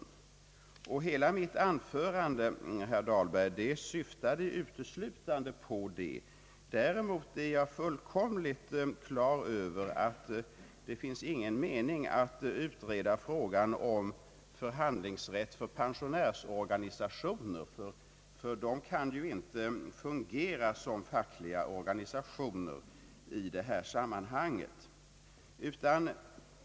Hela mitt anförande, herr Dahlberg, syftade uteslutande på det. Däremot är jag fullkomligt på det klara med att det inte finns anledning att utreda frågan om förhandlingsrätt för pensionärsorganisationer, ty de kan ju inte fungera som fackliga organisationer i det här sammanhanget.